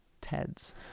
Ted's